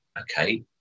okay